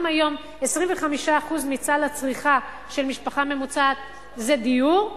אם היום 25% מסל הצריכה של משפחה ממוצעת זה דיור,